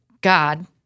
God